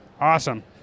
Awesome